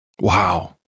Wow